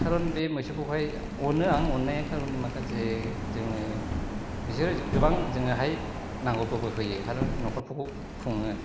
खारन बे मोसौखौहाय अनो आं अन्नाया खारन माखासे जोङो बिसोरो गोबां जोंनोहाय नांगौफोरखौ होयो खारन नखरफोरखौ खुङो